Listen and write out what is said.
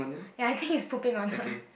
ya I think it's pooping on her